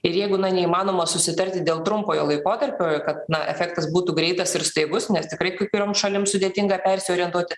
ir jeigu na neįmanoma susitarti dėl trumpojo laikotarpio kad na efektas būtų greitas ir staigus nes tikrai kai kurioms šalims sudėtinga persiorientuoti